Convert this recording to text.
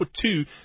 two